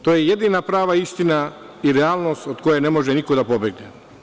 To je jedina prava istina i realnost od koje ne može niko da pobegne.